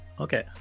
Okay